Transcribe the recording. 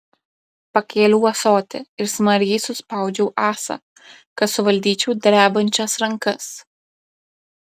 pakėliau ąsotį ir smarkiai suspaudžiau ąsą kad suvaldyčiau drebančias rankas